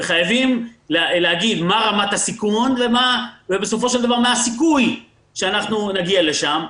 חייבים להגיד מה רמת הסיכון ובסופו של דבר מה הסיכוי שאנחנו נגיע לשם.